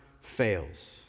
fails